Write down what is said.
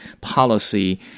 policy